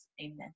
Amen